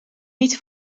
niet